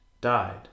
died